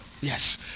yes